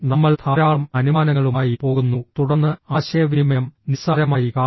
നമ്മൾ ധാരാളം അനുമാനങ്ങളുമായി പോകുന്നു തുടർന്ന് ആശയവിനിമയം നിസ്സാരമായി കാണുന്നു